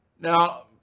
now